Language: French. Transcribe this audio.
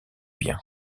bien